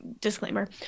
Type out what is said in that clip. disclaimer